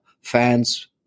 fans